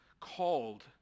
called